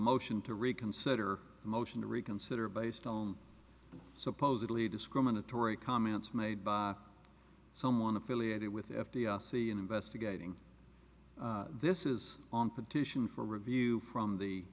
motion to reconsider a motion to reconsider based on supposedly discriminatory comments made by someone affiliated with f d r c in investigating this is on petition for review from the